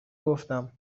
گفتم